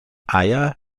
eier